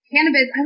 Cannabis